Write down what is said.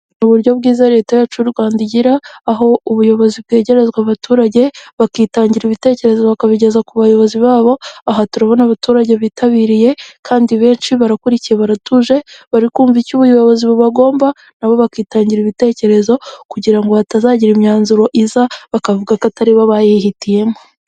Ni uburyo bwiza leta yacu y'u Rwanda igira aho ubuyobozi bwegerezwa abaturage bakitangira ibitekerezo bakabigeza ku bayobozi babo, aha turabona abaturage bitabiriye kandi benshi barakurikiye baratuje bari kumvamva icyo ubuyobozi bubagomba, nabo bakitangira ibitekerezo kugira ngo hatazagira imyanzuro iza bakavuga ko atari bo bayihitiyemo.